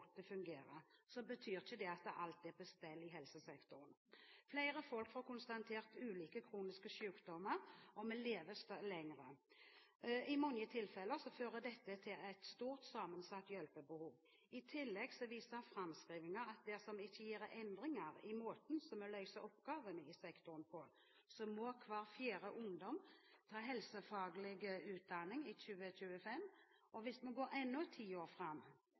det fungerer, så betyr ikke det at alt er på stell i helsesektoren. Flere folk får konstatert ulike kroniske sykdommer, og vi lever lenger. I mange tilfeller fører dette til et stort sammensatt hjelpebehov. I tillegg viser framskrivninger at dersom vi ikke gjør endringer i måten som vi løser oppgavene i sektoren på, må hver fjerde ungdom ta helsefaglig utdanning i 2025. Går vi enda ti år framover, er tallet at hver tredje ungdom på landsbasis må